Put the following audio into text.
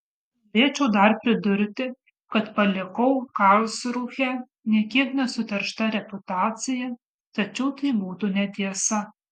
norėčiau dar pridurti kad palikau karlsrūhę nė kiek nesuteršta reputacija tačiau tai būtų netiesa